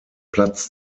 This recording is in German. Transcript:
platz